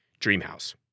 Dreamhouse